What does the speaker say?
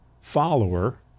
follower